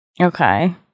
okay